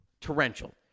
torrential